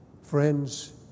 Friends